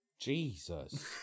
Jesus